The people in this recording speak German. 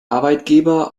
arbeitgeber